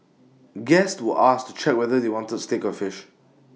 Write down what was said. guests to asked to check whether they wanted steak or fish